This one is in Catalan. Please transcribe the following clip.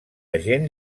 agent